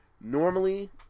normally